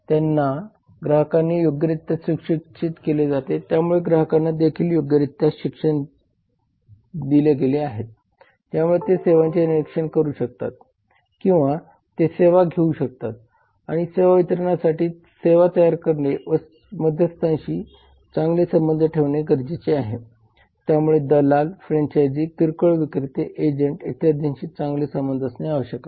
त्यांनी ग्राहकांना योग्यरित्या सुशिक्षित केले आहे त्यामुळे ग्राहकांना देखील योग्यरित्या शिक्षित केले गेले आहे ज्यामुळे ते सेवांचे निरीक्षण करू शकतात किंवा ते सेवा घेऊ शकतात आणि सेवा वितरणासाठी सेवा तयार करणे व सेवा मध्यस्थांशी चांगले संबंध ठेवणे गरजेचे आहे त्यामुळे दलाल फ्रेंचाइजी किरकोळ विक्रेते एजंट इत्यादींशी चांगले संबंध असणे आवश्यक आहे